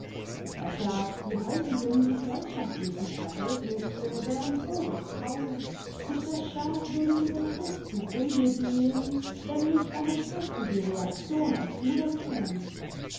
er sagt die heutigen gesellschaftlichen verhältnisse wären oberfaul und der staat würde über kurz zugrunde gehen wenn nicht eine kräftige reaktion ans ruder käme